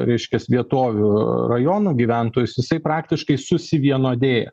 reiškias vietovių rajonų gyventojus jisai praktiškai susivienodėja